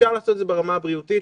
אפשר לעשות את זה ברמה הבריאותית,